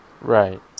Right